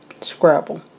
Scrabble